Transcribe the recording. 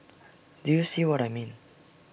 do you see what I mean